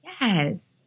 Yes